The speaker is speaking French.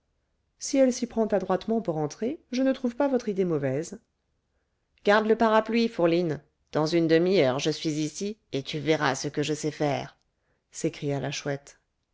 si elle s'y prend adroitement pour entrer je ne trouve pas votre idée mauvaise garde le parapluie fourline dans une demi-heure je suis ici et tu verras ce que je sais faire s'écria la chouette